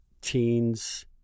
teens